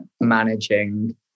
managing